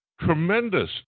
tremendous